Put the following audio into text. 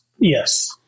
Yes